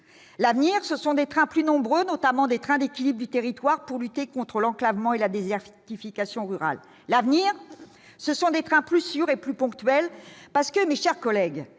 L'avenir, ce sont des trains plus nombreux, notamment des trains d'équilibre du territoire, pour lutter contre l'enclavement et la désertification rurale. L'avenir, ce sont des trains plus sûrs et plus ponctuels. En effet, mes chers collègues,